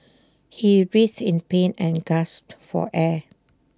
he writhed in pain and gasped for air